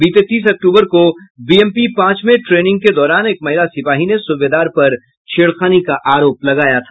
बीते तीस अक्टूबर को बीएमपी पांच में ट्रेनिंग के दौरान एक महिला सिपाही ने सूबेदार पर छेड़खानी का आरोप लगाया था